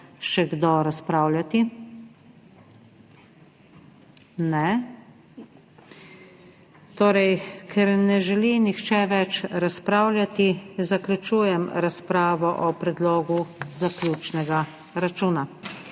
še kdo razpravljati. Ne. Ker ne želi nihče več razpravljati, zaključujem razpravo o predlogu zaključnega računa.